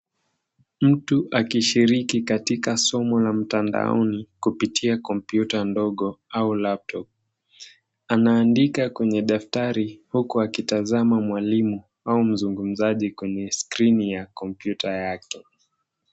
Mtu akishiriki katika somo la mtandaoni kupitia kompyuta ndogo au laptop .Anaandika kwenye daftari huku akitazama mwalimu au mzungumzaji kwenye skrini ya kompyuta yake.